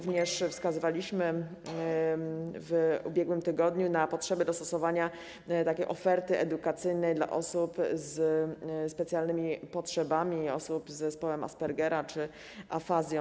Wskazywaliśmy również w ubiegłym tygodniu potrzebę dostosowania takiej oferty edukacyjnej do osób ze specjalnymi potrzebami, osób z zespołem Aspergera czy z afazją.